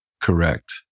Correct